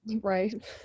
Right